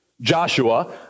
Joshua